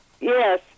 Yes